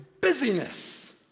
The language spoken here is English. busyness